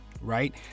right